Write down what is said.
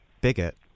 bigot